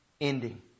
ending